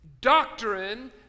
doctrine